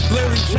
Larry